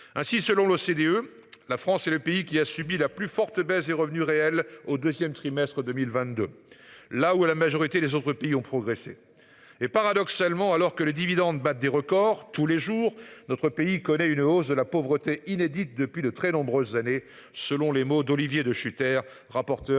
Ainsi, selon l'OCDE, la France est le pays qui a subi la plus forte baisse des revenus réels au 2ème trimestre 2022 là où la majorité des autres pays ont progressé et paradoxalement, alors que les dividendes battent des records, tous les jours. Notre pays connaît une hausse de la pauvreté inédite depuis de très nombreuses années, selon les mots d'Olivier De Schutter, rapporteur